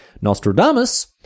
Nostradamus